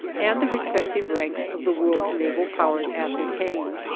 and the respective ranks of the world's naval powers ascertained.